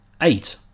eight